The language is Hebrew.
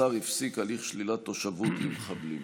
השר הפסיק הליך שלילת תושבות למחבלים.